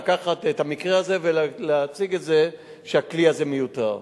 לקחת את המקרה הזה ולהציג את זה שהכלי הזה מיותר.